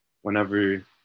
whenever